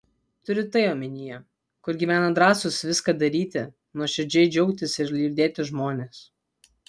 turi tai omenyje kur gyvena drąsūs viską daryti nuoširdžiai džiaugtis ir liūdėti žmonės